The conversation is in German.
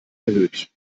erhöht